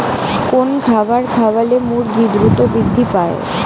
কোন খাবার খাওয়ালে মুরগি দ্রুত বৃদ্ধি পায়?